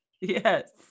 Yes